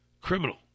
Criminal